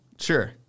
Sure